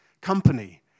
company